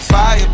Fire